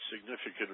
significant